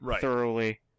thoroughly